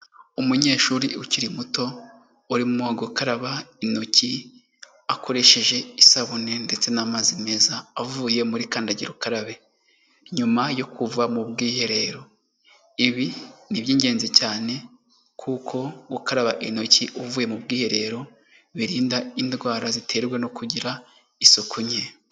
Umunyeshuri ukiri muto urimo gukaraba intoki akoresheje isabune ndetse n'amazi meza avuye muri kandagira ukarabe nyuma yo kuva mu bwiherero. Ibi ni iby'ingenzi cyane kuko gukaraba intoki uvuye mu bwiherero birinda indwara ziterwa no kugira isuku nke.